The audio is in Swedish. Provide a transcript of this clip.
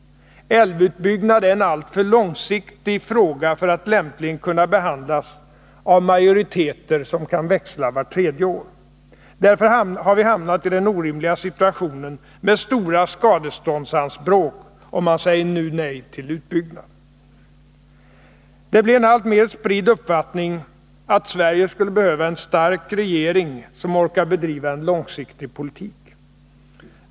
Älvutbyggnad är en alltför långsiktig fråga för att lämpligen kunna behandlas av majoriteter som kan växla vart tredje år. Därför har vi hamnat i den orimliga situationen med stora skadeståndsanspråk, och man säger nu nej till utbyggnad. Det blir en alltmer spridd uppfattning att Sverige behöver en stark regering, som orkar bedriva en långsiktig politik.